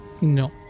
No